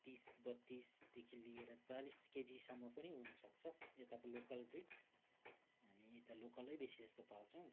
तिस बत्तिसदेखि लिएर चालिस केजीसम्म पनि हुनसक्छ यताको लोकल ब्रिड हामी यता लोकलै बेसी जस्तो पाल्छौँ